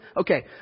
Okay